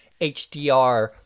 HDR